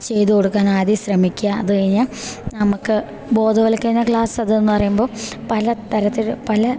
ചെയ്ത് കൊടുക്കാൻ ആദ്യം ശ്രമിക്കുക അത് കഴിഞ്ഞാൽ നമുക്ക് ബോധവൽക്കരണ ക്ലാസ് അത് എന്ന് പറയുമ്പോൾ പല തരത്തിൽ പല